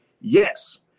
yes